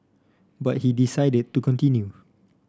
but he decided to continue